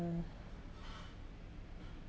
uh